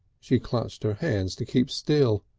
she clenched her hands to keep still.